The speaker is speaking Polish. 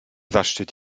zaszczyt